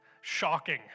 shocking